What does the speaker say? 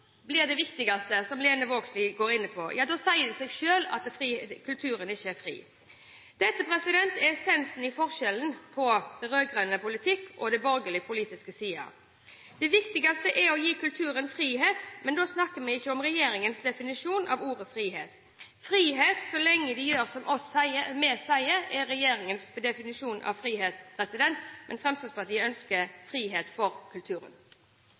blir det viktigste, som Lene Vågslid var inne på, sier det seg selv at kulturen ikke er fri. Dette er essensen i forskjellen på rød-grønn politikk og den borgerlige politiske siden. Det viktigste er å gi kulturen frihet, men da snakker vi ikke om regjeringens definisjon av ordet «frihet». Frihet så lenge man gjør som vi sier, er regjeringens definisjon av frihet, men Fremskrittspartiet ønsker frihet for kulturen.